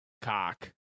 cock